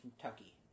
Kentucky